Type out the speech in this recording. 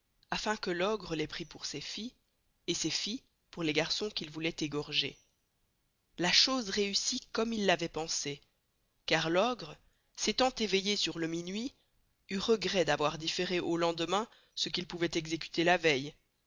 affin que l'ogre les prit pour ses filles et ses filles pour les garçons qu'il vouloit égorger la chose réüssit comme il l'avoit pensé car l'ogre s'estant éveillé sur le minuit eut regret d'avoir differé au lendemain ce qu'il pouvoit executer la veille